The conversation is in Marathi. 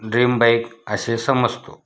ड्रीम बाईक असे समजतो